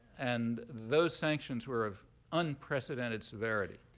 and those sanctions were of unprecedented severity.